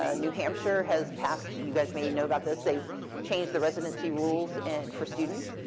ah new hampshire has passed you guys may know about this. they've changed the residency rules and for students.